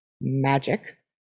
magic